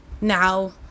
now